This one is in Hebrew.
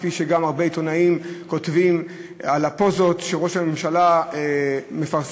כפי שגם הרבה עיתונאים כותבים על הפוזות שראש הממשלה מפרסם,